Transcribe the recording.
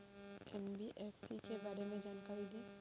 NBFC के बारे में जानकारी दें?